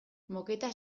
moketa